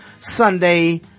Sunday